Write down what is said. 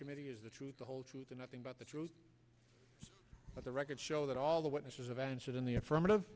committee is the truth the whole truth and nothing but the truth but the records show that all all the witnesses have answered in the affirmative